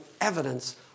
evidence